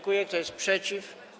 Kto jest przeciw?